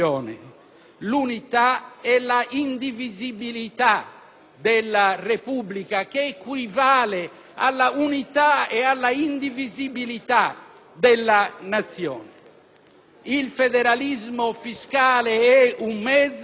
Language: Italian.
della Repubblica, che equivale all'unità e alla indivisibilità della Nazione. Il federalismo fiscale è un mezzo, ma l'unità della Nazione è un fine